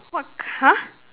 what c~ !huh!